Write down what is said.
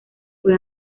fue